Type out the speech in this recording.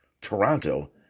Toronto